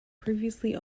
previously